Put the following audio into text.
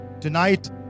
Tonight